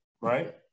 right